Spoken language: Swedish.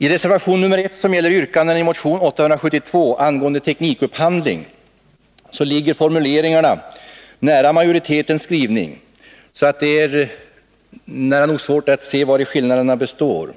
I reservation nr 1, som gäller yrkanden i motion 872 angående teknikupphandling, ligger formuleringarna så nära majoritetens skrivning att det är svårt att se vari skillnaderna består.